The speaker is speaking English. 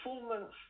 performance